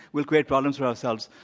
we'll create problems for ourselves.